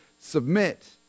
submit